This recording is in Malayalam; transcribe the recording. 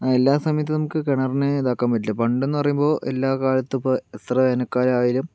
ആ എല്ലാ സമയത്തും നമ്മുക്ക് കിണറിനെ ഇതാക്കാന് പറ്റില്ല പണ്ടെന്നു പറയുമ്പോൾ എല്ലാക്കാലത്തും ഇപ്പോൾ എത്ര വേനൽക്കാലമായാലും